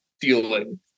feeling